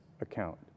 account